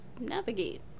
navigate